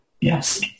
Yes